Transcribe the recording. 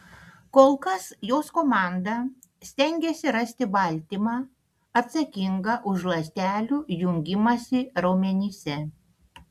kol kas jos komanda stengiasi rasti baltymą atsakingą už ląstelių jungimąsi raumenyse